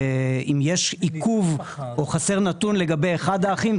אם יש עיכוב או חסר נתון לגבי אחד האחים,